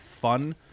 fun